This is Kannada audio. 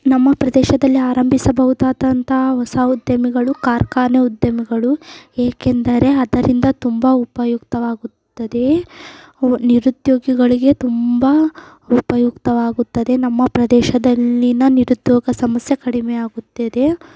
ನಮ್ಮ ಪ್ರದೇಶದಲ್ಲಿ ಆರಂಭಿಸಬಹುದಾದಂಥ ಹೊಸ ಉದ್ಯಮಗಳು ಕಾರ್ಖಾನೆ ಉದ್ಯಮಗಳು ಏಕೆಂದರೆ ಅದರಿಂದ ತುಂಬ ಉಪಯುಕ್ತವಾಗುತ್ತದೆ ನಿರುದ್ಯೋಗಿಗಳಿಗೆ ತುಂಬ ಉಪಯುಕ್ತವಾಗುತ್ತದೆ ನಮ್ಮ ಪ್ರದೇಶದಲ್ಲಿನ ನಿರುದ್ಯೋಗ ಸಮಸ್ಯೆ ಕಡಿಮೆ ಆಗುತ್ತದೆ